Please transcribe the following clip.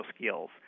skills